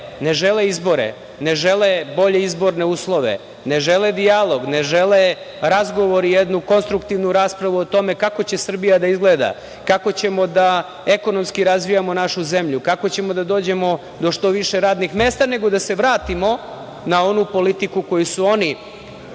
ne žele izbore, ne žele bolje izborne uslove, ne žele dijalog, ne žele razgovor i jednu konstruktivnu raspravu o tome kako će Srbija da izgleda, kako ćemo da ekonomski razvijamo našu zemlju, kako ćemo da dođemo do što više radnih mesta, nego da se vratimo na onu politiku koju su oni